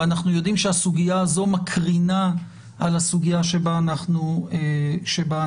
אנחנו יודעים שהסוגיה הזו מקרינה על הסוגיה שבה אנחנו דנים.